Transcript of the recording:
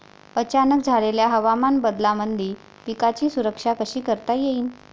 अचानक झालेल्या हवामान बदलामंदी पिकाची सुरक्षा कशी करता येईन?